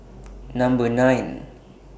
Number nine